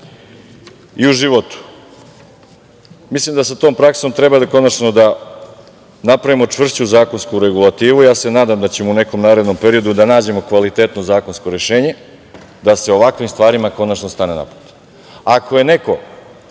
i u životu. Mislim da sa tom praksom treba konačno da napravimo čvršću zakonsku regulativu. Ja se nadam da ćemo u nekom narednom periodu da nađemo kvalitetnu zakonsko rešenje, da se ovakvim stvarima konačno stane na put. Ako je neko